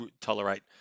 tolerate